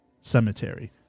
cemetery